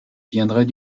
viendrait